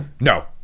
No